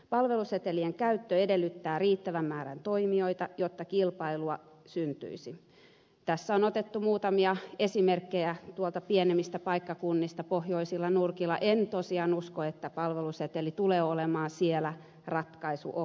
palvelusetelien käyttö edellyttää riittävän määrän toimijoita jotta kilpailua syntyisi tässä on otettu muutamia esimerkkejä pienemmistä paikkakunnista pohjoisilla nurkilla enkä tosiaan usko että palveluseteli tulee olemaan siellä ratkaisu ongelmiin